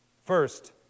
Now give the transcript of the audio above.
First